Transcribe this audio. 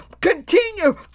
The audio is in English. Continue